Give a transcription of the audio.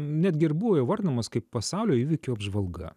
netgi ir buvo įvardinamas kaip pasaulio įvykių apžvalga